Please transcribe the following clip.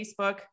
Facebook